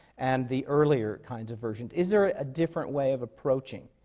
and the earlier kinds of versions? is there a ah different way of approaching?